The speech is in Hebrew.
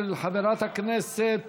של חברת הכנסת